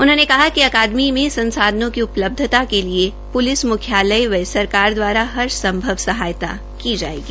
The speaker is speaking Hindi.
उन्होने कहा कि अकादमी में संसाधनों की उपलब्धता के लिए प्लिस म्ख्यालय व सरकार द्वारा हर संभव सहायता की जाएगी